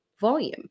volume